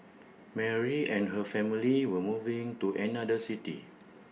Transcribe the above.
Mary and her family were moving to another city